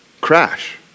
crash